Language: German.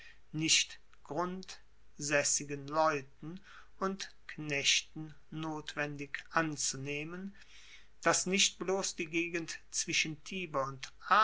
nicht grundsaessigen leuten und knechten notwendig anzunehmen dass nicht bloss die gegend zwischen tiber und